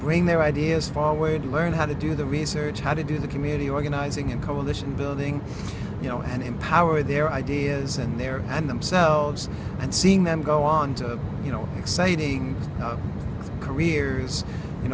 bring their ideas forward to learn how to do the research how to do the community organizing and coalition building you know and empower their ideas and their and themselves and seeing them go on to you know exciting careers you